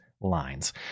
lines